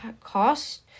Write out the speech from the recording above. cost